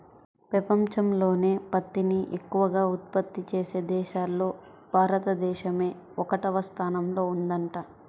పెపంచంలోనే పత్తిని ఎక్కవగా ఉత్పత్తి చేసే దేశాల్లో భారతదేశమే ఒకటవ స్థానంలో ఉందంట